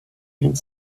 and